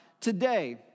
today